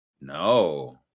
No